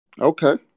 Okay